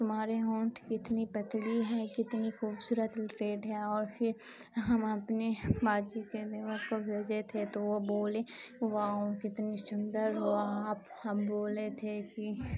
تمہارے ہونٹ کتنی پتلی ہے کتنی خوبصورت ریٹ ہے اور پھر ہم اپنے باجی کے دیور کو بھیجے تھے تو وہ بولے واؤ کتنی سندر ہوا آپ ہم بولے تھے کہ